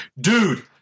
Dude